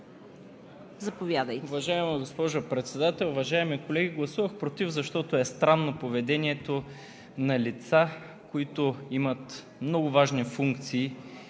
Заповядайте,